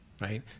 right